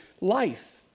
life